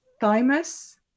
thymus